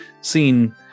seen